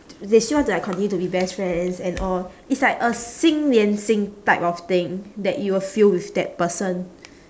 they still want to like continue to be best friends and all it's like a 心连心 type of thing that you will feel with that person